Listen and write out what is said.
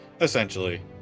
Essentially